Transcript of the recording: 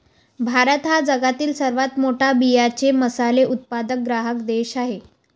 भारत हा जगातील सर्वात मोठा बियांचे मसाले उत्पादक ग्राहक देश आहे